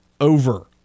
over